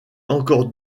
encore